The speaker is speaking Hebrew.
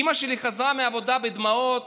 אימא שלי חזרה מהעבודה בדמעות